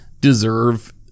deserve